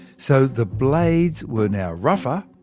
so the blades were now rougher.